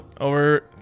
over